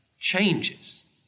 changes